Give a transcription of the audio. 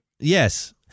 Yes